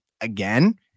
Again